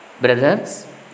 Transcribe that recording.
brothers